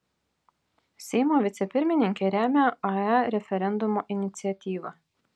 seimo vicepirmininkė remia ae referendumo iniciatyvą